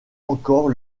encore